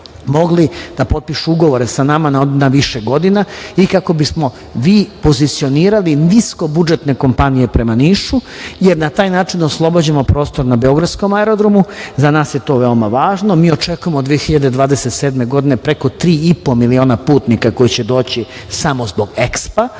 mogli da potpišu ugovore sa nama na više godina i kako bismo pozicionirali niskobudžetne kompanije prema Nišu, jer na taj način oslobađamo prostor na beogradskom aerodromu. Za nas je to veoma važno. Mi očekujemo od 2027. godine preko tri i po miliona putnika koji će doći samo zbog